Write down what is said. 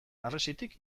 harresitik